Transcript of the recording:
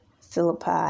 Philippi